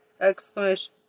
exclamation